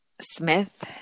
Smith